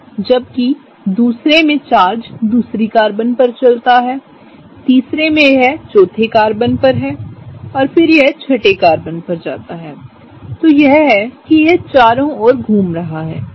जबकि दूसरे में चार्ज दूसरी कार्बन पर चलता हैतीसरे में यह चौथे कार्बन पर चलता है और फिर यहछठे कार्बनपरचलता हैऔर यह है कि यह चारों ओर घूम रहा है ठीक है